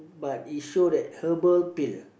but it show that herbal pill